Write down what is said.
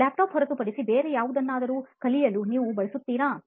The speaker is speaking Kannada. laptop ಹೊರತುಪಡಿಸಿ ಬೇರೆ ಯಾವುದನ್ನಾದರೂ ಕಲಿಯಲು ನೀವು ಬಳಸುತ್ತೀರಾ